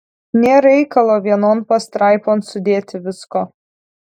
nėr reikalo vienon pastraipon sudėti visko